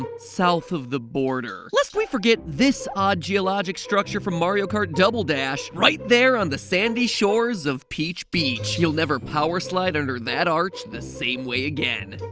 south of the border. lest we forget this, ah. geologic structure from mario kart double dash, right there on the sandy shores of peach beach. you'll never power slide under that arch the same way again.